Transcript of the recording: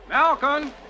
Malcolm